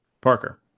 Parker